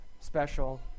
special